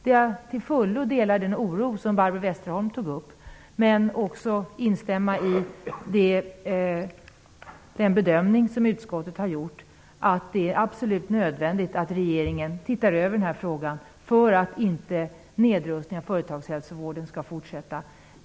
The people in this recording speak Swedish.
Jag delar till fullo den oro hon tog upp. Jag vill också instämma i den bedömning som utskottet har gjort, att det är absolut nödvändigt att regeringen ser över denna fråga för att inte nedrustningen av företagshälsovården skall fortsätta.